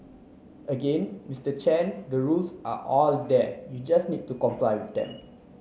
again Mr Chen the rules are all there you just need to comply with them